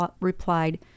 replied